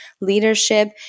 leadership